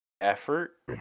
effort